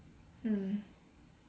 mm